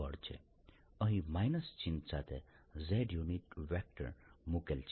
અહીં માઇનસ ચિહ્ન સાથે z યુનિટ વેક્ટર મૂકેલ છે